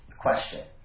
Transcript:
question